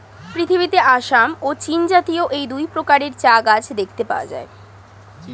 পৃথিবীতে আসাম এবং চীনজাতীয় এই দুই প্রকারের চা গাছ দেখতে পাওয়া যায়